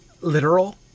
literal